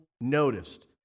noticed